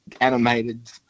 animated